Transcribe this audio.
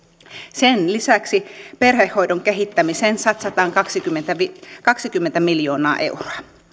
sen lisäksi perhehoidon kehittämiseen satsataan kaksikymmentä miljoonaa euroa